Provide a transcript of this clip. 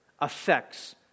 affects